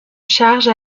charge